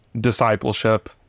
discipleship